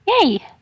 Yay